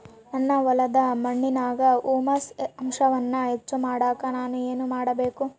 ನನ್ನ ಹೊಲದ ಮಣ್ಣಿನಾಗ ಹ್ಯೂಮಸ್ ಅಂಶವನ್ನ ಹೆಚ್ಚು ಮಾಡಾಕ ನಾನು ಏನು ಮಾಡಬೇಕು?